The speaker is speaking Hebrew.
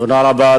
תודה רבה,